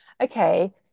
Okay